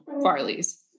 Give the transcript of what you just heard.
Farley's